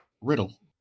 Riddle